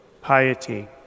piety